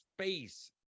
space